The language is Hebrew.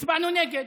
הצבענו נגד,